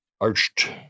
arched